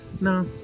no